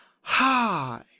Hi